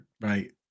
right